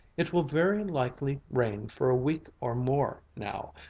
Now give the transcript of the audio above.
it will very likely rain for a week or more now.